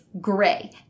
gray